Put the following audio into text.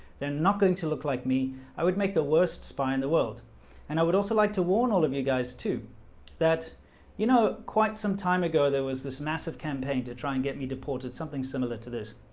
they're not going to look like me i would make the worst spy in the world and i would also like to warn all of you guys, too that you know quite some time ago. there was this massive campaign to try and get me deported something similar to this